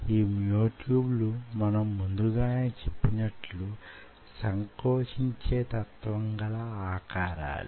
ఈ myotube లు మనం ముందుగానే చెప్పినట్లు సంకోచించే తత్వంగల ఆకారాలు